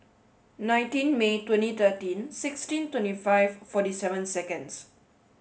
nineteen May twenty thirteen sixteen twenty five forty seven seconds